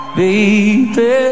baby